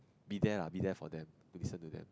be there lah be there for them to listen to them